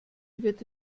wird